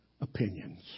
Opinions